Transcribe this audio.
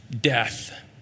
Death